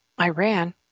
Iran